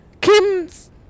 Kim's